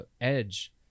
Edge